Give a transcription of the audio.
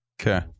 Okay